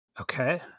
okay